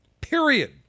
period